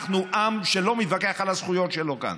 אנחנו עם שלא מתווכח על הזכויות שלו כאן.